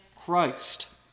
Christ